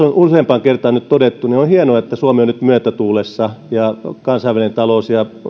on useampaan kertaan nyt todettu on hienoa että suomi on nyt myötätuulessa ja kansainvälinen talous ja